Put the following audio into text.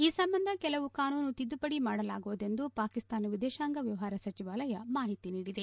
ಈ ಸಂಬಂಧ ಕೆಲವು ಕಾನೂನು ತಿದ್ದುಪಡಿ ಮಾಡಲಾಗುವುದು ಎಂದು ಪಾಕಿಸ್ತಾನ ವಿದೇಶಾಂಗ ವ್ಲವಹಾರ ಸಚಿವಾಲಯ ಮಾಹಿತಿ ನೀಡಿದೆ